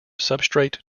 substrate